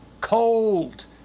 cold